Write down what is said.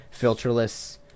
filterless